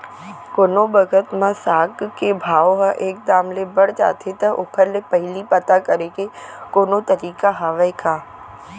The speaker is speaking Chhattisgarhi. कोनो बखत म साग के भाव ह एक दम ले बढ़ जाथे त ओखर ले पहिली पता करे के कोनो तरीका हवय का?